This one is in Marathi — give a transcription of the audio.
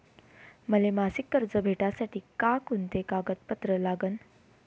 मले मासिक कर्ज भेटासाठी का कुंते कागदपत्र लागन?